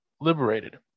liberated